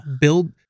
build